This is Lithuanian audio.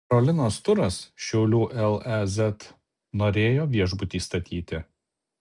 karolinos turas šiaulių lez norėjo viešbutį statyti